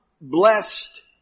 blessed